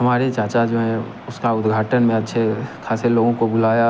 हमारे चाचा जो हैं उसका उद्घाटन अच्छे खासे लोगों को बुलाया